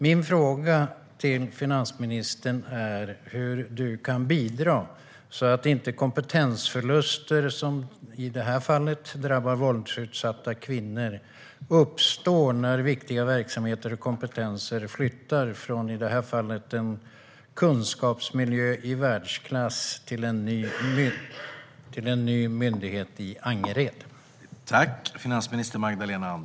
Min fråga till finansministern är hur hon kan bidra så att inte kompetensförluster, som i detta fall drabbar våldsutsatta kvinnor, uppstår när viktiga verksamheter och kompetenser flyttar från, i detta fall, en kunskapsmiljö i världsklass till en ny myndighet i Angered.